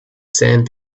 sand